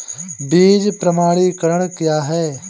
बीज प्रमाणीकरण क्या है?